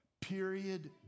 period